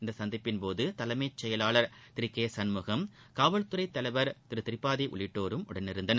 இந்த சந்திப்பின் போது தலைமை செயலாளர் திரு கே சண்முகம் காவல் துறை தலைவர் திரு திரிபாதி உள்ளிட்டோரும் உடனிருந்தனர்